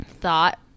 thought